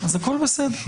אז הכול בסדר.